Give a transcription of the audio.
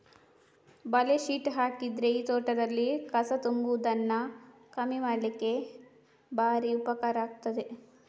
ಬಲೆ ಶೀಟ್ ಹಾಕಿದ್ರೆ ಈ ತೋಟದಲ್ಲಿ ಕಸ ತುಂಬುವುದನ್ನ ಕಮ್ಮಿ ಮಾಡ್ಲಿಕ್ಕೆ ಭಾರಿ ಉಪಕಾರ ಆಗ್ತದೆ